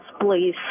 please